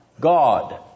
God